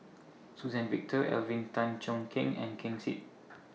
Suzann Victor Alvin Tan Cheong Kheng and Ken Seet